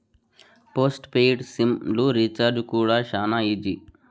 post paid SIM లు recharge కూడా శానా ఈజీ